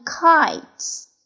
kites